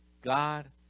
God